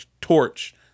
torch